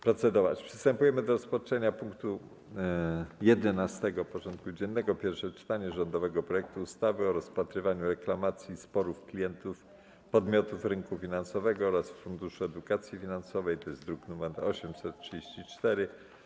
Przystępujemy do rozpatrzenia punktu 11. porządku dziennego: Pierwsze czytanie rządowego projektu ustawy o rozpatrywaniu reklamacji i sporów klientów podmiotów rynku finansowego oraz o Funduszu Edukacji Finansowej (druk nr 834)